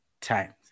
times